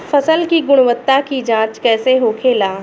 फसल की गुणवत्ता की जांच कैसे होखेला?